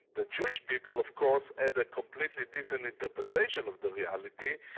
the jewish people of course had a completely different interpretation of the reality,